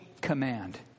command